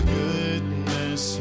goodness